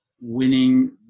winning